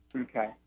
Okay